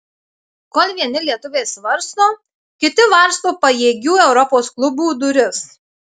kol vieni lietuviai svarsto kiti varsto pajėgių europos klubų duris